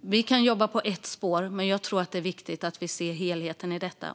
Vi kan jobba på ett spår, men jag tror att det är viktigt att vi ser helheten i detta.